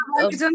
Okay